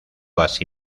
así